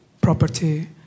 property